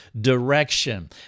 direction